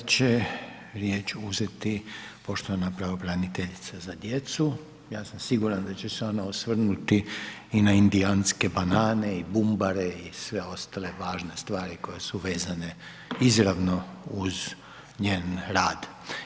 A sada će riječ uzeti poštovana pravobraniteljica za djecu, ja sam siguran da će se ona osvrnuti i na indijanske banane i bumbare i sve ostale važne stvari koje su vezane izravno uz njen rad.